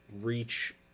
reach